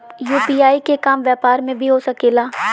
UPI के काम व्यापार में भी हो सके ला?